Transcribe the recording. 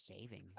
saving